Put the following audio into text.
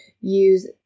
use